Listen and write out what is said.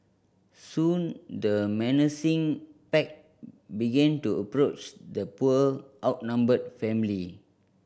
soon the menacing pack began to approach the poor outnumbered family